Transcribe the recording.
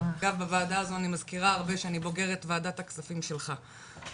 בוועדה הזו אני מזכירה הרבה שאני בוגרת ועדת הכספים שלך,